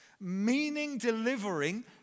meaning-delivering